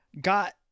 got